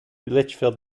litchfield